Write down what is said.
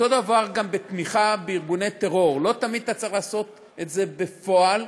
אותו דבר גם בתמיכה בארגוני טרור: לא תמיד אתה צריך לעשות את זה בפועל,